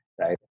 right